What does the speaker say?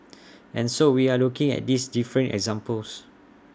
and so we are looking at these different examples